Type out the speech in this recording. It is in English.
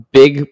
big